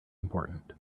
important